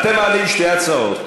אתם מעלים שתי הצעות,